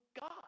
God